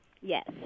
Yes